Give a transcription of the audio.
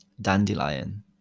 Dandelion